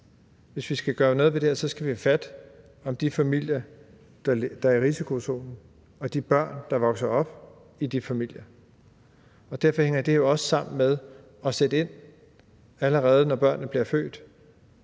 Hvis vi skal gøre noget ved det her, skal vi have fat om de familier, der er i risikozonen, og de børn, der vokser op i de familier. Derfor hænger det her også sammen med at sætte ind, allerede når børnene bliver født